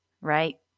right